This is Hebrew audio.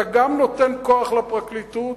אתה גם נותן כוח לפרקליטות